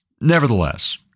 Nevertheless